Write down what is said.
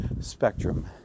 spectrum